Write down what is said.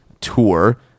tour